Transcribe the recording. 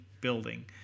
building